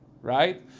right